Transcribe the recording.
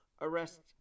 arrest